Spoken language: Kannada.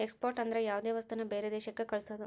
ಎಕ್ಸ್ಪೋರ್ಟ್ ಅಂದ್ರ ಯಾವ್ದೇ ವಸ್ತುನ ಬೇರೆ ದೇಶಕ್ ಕಳ್ಸೋದು